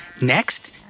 next